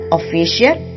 official